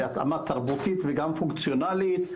בהתאמה תרבותית וגם פונקציונלית,